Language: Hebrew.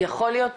יכול להיות